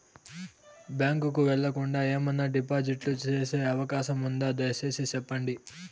Bank కు వెళ్లకుండా, ఏమన్నా డిపాజిట్లు సేసే అవకాశం ఉందా, దయసేసి సెప్పండి?